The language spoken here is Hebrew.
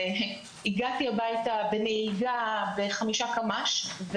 והגעתי הביתה בנהיגה בחמישה קמ"ש,